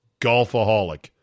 golfaholic